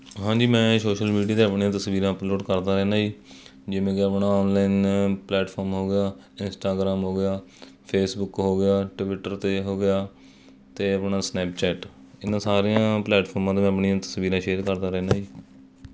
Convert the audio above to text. ਹਾਂਜੀ ਮੈਂ social media 'ਤੇ ਆਪਣੀਆਂ ਤਸਵੀਰਾਂ ਅਪਲੋਡ ਕਰਦਾ ਰਹਿੰਦਾ ਜੀ ਜਿਵੇਂ ਕਿ ਆਪਣਾ ਔਨਲਾਈਨ ਪਲੈਟਫੋਮ ਹੋ ਗਿਆ ਇੰਸਟਾਗ੍ਰਾਮ ਹੋ ਗਿਆ ਫੇਸਬੁੱਕ ਹੋ ਗਿਆ ਟਵਿੱਟਰ 'ਤੇ ਹੋ ਗਿਆ ਅਤੇ ਆਪਣਾ ਸਨੈਪਚੈਟ ਇਹਨਾਂ ਸਾਰਿਆਂ ਪਲੈਟਫੋਮਾਂ 'ਤੇ ਮੈਂ ਆਪਣੀਆਂ ਤਸਵੀਰਾਂ ਸ਼ੇਅਰ ਕਰਦਾ ਰਹਿੰਦਾ ਜੀ